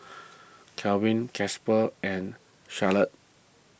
Kelvin Casper and